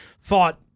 thought